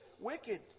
wicked